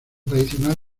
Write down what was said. tradicional